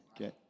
okay